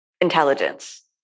intelligence